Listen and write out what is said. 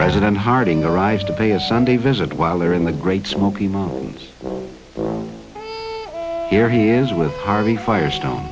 president harding arrives to pay a sunday visit while there in the great smoky mountains here he is with harvey firestone